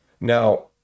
Now